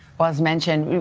but as mentioned,